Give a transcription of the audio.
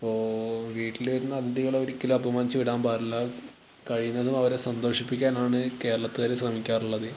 അപ്പോൾ വീട്ടിൽ വരുന്ന അഥിതികളെ ഒരിക്കലും അപമാനിച്ചു വിടാൻ പാടില്ല കഴിയുന്നതും അവരെ സന്തോഷിപ്പിക്കാനാണ് കേരളത്തുകാര് ശ്രമിക്കാറുള്ളത്